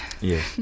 yes